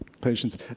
Patience